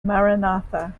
maranatha